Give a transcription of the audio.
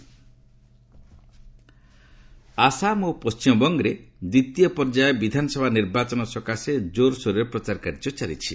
election Assam ଓ ପଶ୍ଚିମବଙ୍ଗରେ ଦ୍ୱିତୀୟ ପର୍ଯ୍ୟାୟ ବିଧାନସଭା ନିର୍ବାଚନ ସକାଶେ ଜୋରସୋରରେ ପ୍ରଚାର କାର୍ଯ୍ୟ ଚାଲିଛି